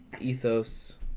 ethos